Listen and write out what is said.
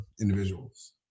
individuals